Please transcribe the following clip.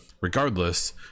Regardless